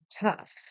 tough